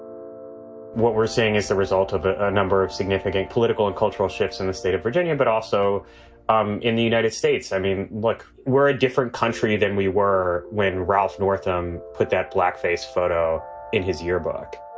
what we're seeing is the result of a number of significant political and cultural shifts in the state of virginia, but also um in the united states. i mean, look, we're a different country than we were when ralph northam put that blackface photo in his yearbook